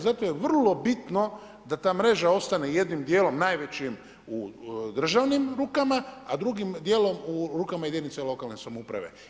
Zato je vrlo bitno da ta mreža ostane jednim dijelom najvećim u državnim rukama, a drugim dijelom u rukama jedinice lokalne samouprave.